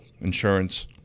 insurance